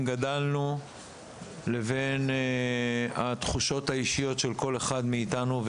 גדלנו לבין התחושות האישיות של כל אחד מאיתנו,